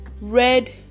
Red